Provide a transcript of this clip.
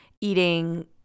eating